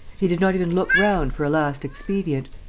he did not even look round for a last expedient.